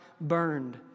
burned